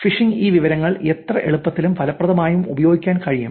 fishing ഈ വിവരങ്ങൾ എത്ര എളുപ്പത്തിലും ഫലപ്രദമായും ഉപയോഗിക്കാൻ കഴിയും